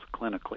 clinically